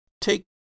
take